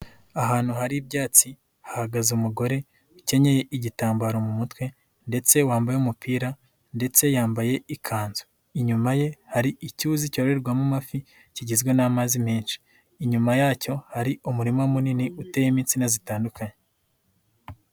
Ahantu hari ibyatsi hahagaze umugore ukennye igitambaro mu mutwe ndetse wambaye umupira ndetse yambaye ikanzu, inyuma ye hari icyuzi cyorererwamo amafi kigizwe n'amazi menshi, inyuma yacyo hari umurima munini uteyemo insina zitandukanye.